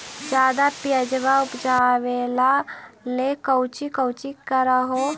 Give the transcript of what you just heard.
ज्यादा प्यजबा उपजाबे ले कौची कौची कर हो?